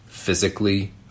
physically